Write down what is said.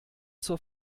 zur